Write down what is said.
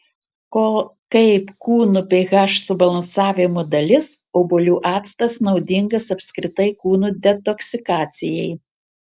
kaip kūno ph subalansavimo dalis obuolių actas naudingas apskritai kūno detoksikacijai